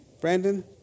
Brandon